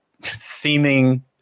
seeming